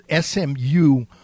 SMU